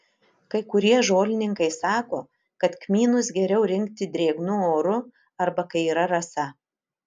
kai kurie žolininkai sako kad kmynus geriau rinkti drėgnu oru arba kai yra rasa